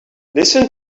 listen